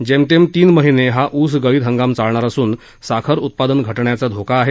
जेमतेम तीन महिने हा ऊस गळीत हंगाम चालणार असून साखर उत्पादन घाण्याचा धोका आहे